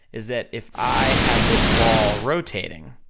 is that if i had this ball rotating,